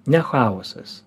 ne chaosas